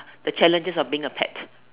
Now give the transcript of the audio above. the challenges of being a pet